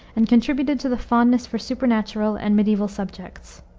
and contributed to the fondness for supernatural and mediaeval subjects.